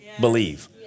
believe